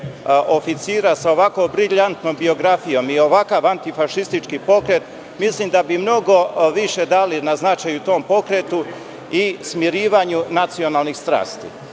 oficira sa ovako briljantnom biografijom i ovakav antifašistički pokret, mislim da bi mnogo više dali na značaju tom pokretu i smirivanju nacionalnih strasti,